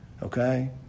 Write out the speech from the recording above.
Okay